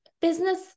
business